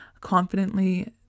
confidently